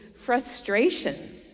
frustration